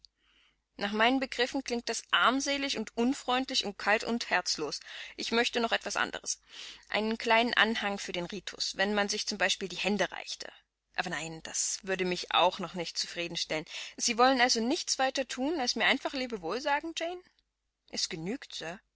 nach meinen begriffen klingt das armselig und unfreundlich und kalt und herzlos ich möchte noch etwas anderes einen kleinen anhang für den ritus wenn man sich zum beispiel die hände reichte aber nein das würde mich auch noch nicht zufrieden stellen sie wollen also nichts weiter thun als mir einfach lebewohl sagen jane es genügt